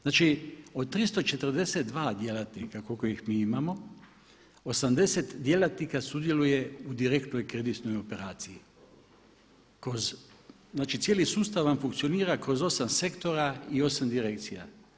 Znači od 342 djelatnika koliko ih mi imamo 80 djelatnika sudjeluje u direktnoj kreditnoj operaciji kroz, znači cijeli sustav vam funkcionira kroz 8 sektora i 8 direkcija.